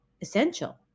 essential